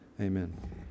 Amen